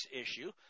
issue